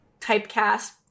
typecast